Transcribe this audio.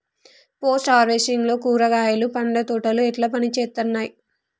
Post harvesting లో కూరగాయలు పండ్ల తోటలు ఎట్లా పనిచేత్తనయ్?